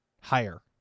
higher